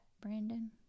Brandon